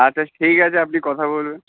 আচ্ছা ঠিক আছে আপনি কথা বলবেন